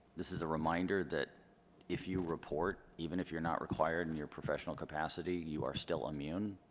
this is a reminder that if you report, even if you're not required in your professional capacity, you are still immune?